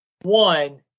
one